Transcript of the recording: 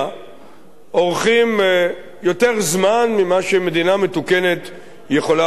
אורכים יותר זמן ממה שמדינה מתוקנת יכולה להרשות לעצמה,